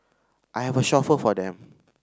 I have a chauffeur for them